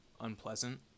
unpleasant